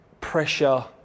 pressure